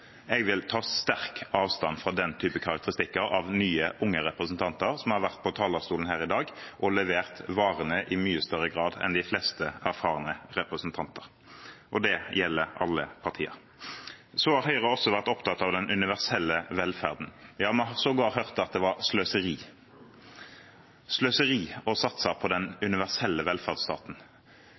Jeg vil ta sterkt avstand fra den typen karakteristikk av nye, unge representanter som har vært på talerstolen her i dag og levert varene i mye større grad enn de fleste erfarne representanter – og det gjelder alle partier. Så har Høyre også vært opptatt av den universelle velferden. Ja, vi har sågar hørt at det var sløseri å satse på den universelle velferdsstaten.